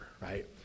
right